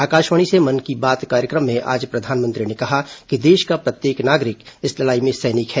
आकाशवाणी से मन की बात कार्यक्रम में आज प्रधानमंत्री ने कहा कि देश का प्रत्येक नागरिक इस लड़ाई में सैनिक है